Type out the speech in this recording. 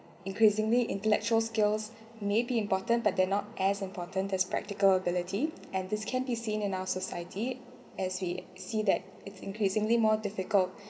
increasingly intellectual skills maybe important but they're not as important as practical ability and this can be seen in our society as we see that it's increasingly more difficult